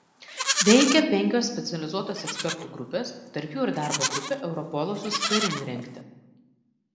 veikė penkios specializuotos ekspertų grupės tarp jų ir darbo grupė europolo susitarimui rengti